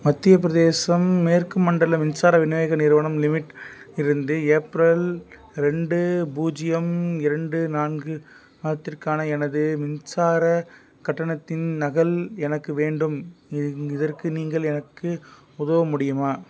மத்தியப் பிரதேசம் மேற்கு மண்டல மின்சார விநியோக நிறுவனம் லிமிடெட் இலிருந்து ஏப்ரல் ரெண்டு பூஜ்ஜியம் இரண்டு நான்கு மாதத்திற்கான எனது மின்சார கட்டணத்தின் நகல் எனக்கு வேண்டும் இன் இதற்கு நீங்கள் எனக்கு உதவ முடியுமா